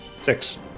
Six